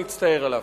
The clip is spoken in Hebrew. נצטער עליו.